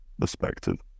perspective